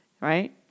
right